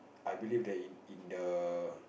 I believe that in in the